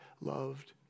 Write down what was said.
loved